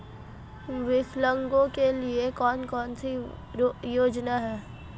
विकलांगों के लिए कौन कौनसी योजना है?